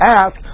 ask